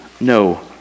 no